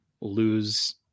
lose